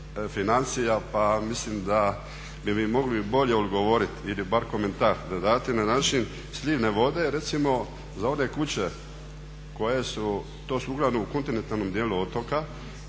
financija pa mislim da bi mi mogli bolje odgovoriti ili bar komentar da date. Slivne vode recimo za one kuće koje su, to su uglavnom u kontinentalnom dijelu otoka,